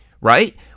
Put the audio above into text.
right